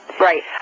Right